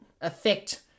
affect